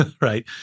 Right